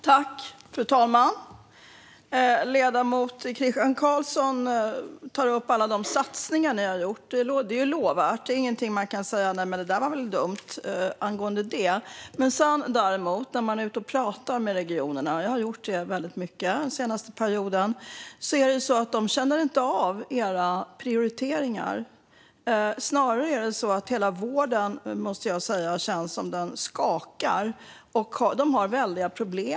Fru talman! Ledamoten Christian Carlsson tar upp alla de satsningar ni har gjort. De är lovvärda. Det går inte att säga "Nämen det där var väl dumt" angående dem. Jag har dock varit ute och pratat väldigt mycket med regionerna den senaste perioden, och de känner inte av era prioriteringar. Snarare känns det som om hela vården skakar. De har väldiga problem.